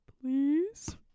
Please